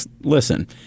listen